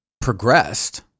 progressed